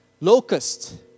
Locust